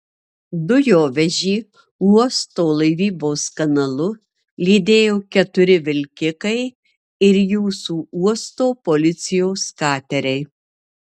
dujovežį uosto laivybos kanalu lydėjo keturi vilkikai ir jūsų uosto policijos kateriai